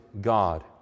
God